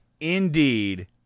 indeed